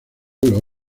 los